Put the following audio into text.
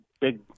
big